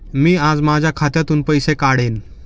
मी आज माझ्या खात्यातून पैसे काढेन